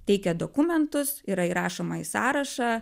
teikia dokumentus yra įrašoma į sąrašą